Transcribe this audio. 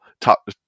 top